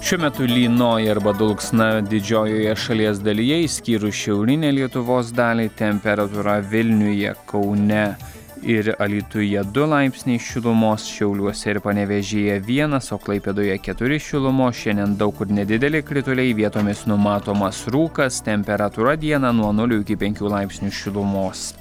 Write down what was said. šiuo metu lynoja arba dulksna didžiojoje šalies dalyje išskyrus šiaurinę lietuvos dalį temperatūra vilniuje kaune ir alytuje du laipsniai šilumos šiauliuose ir panevėžyje vienas o klaipėdoje keturi šilumos šiandien daug kur nedideli krituliai vietomis numatomas rūkas temperatūra dieną nuo nulio iki penkių laipsnių šilumos